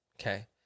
okay